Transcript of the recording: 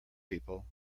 people